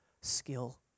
skill